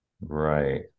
Right